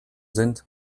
sind